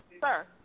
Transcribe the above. sir